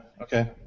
okay